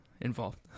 involved